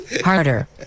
harder